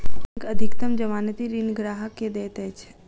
bank अधिकतम जमानती ऋण ग्राहक के दैत अछि